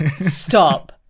Stop